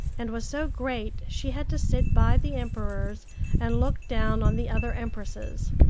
and was so great she had to sit by the emperors and look down on the other empresses.